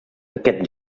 aquest